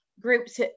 groups